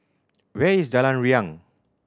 where is Jalan Riang